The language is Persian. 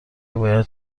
باید